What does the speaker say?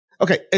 Okay